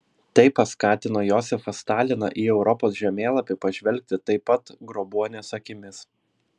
tai paskatino josifą staliną į europos žemėlapį pažvelgti taip pat grobuonies akimis